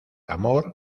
amor